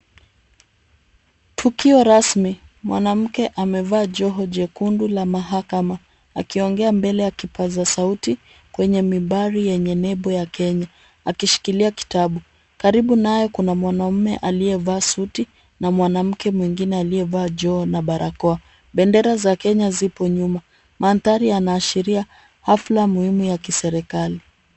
Tukio rasmi, mwanamke amevaa joho jekundu la mahakama, akiongea mbele ya kipaza sauti kwenye mibari yenye nembo ya Kenya ,akishikilia kitabu. Karibu naye kuna mwanamume aliyevaa suti na mwanamke mwingine aliyevaa joho na barakoa. Bendera za Kenya zipo nyuma .Mandhari yanaashiria hafla muhimu ya kiserikali.